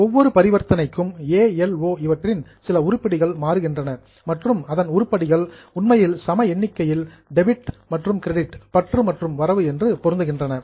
ஒவ்வொரு பரிவர்த்தனைக்கும் A L O இவற்றின் சில உருப்படிகள் மாறுகின்றன மற்றும் அந்த உருப்படிகள் உண்மையில் சம எண்ணிக்கையில் டெபிட் பற்று மற்றும் கிரெடிட் வரவு என்று பொருந்துகின்றன